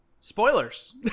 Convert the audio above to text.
Spoilers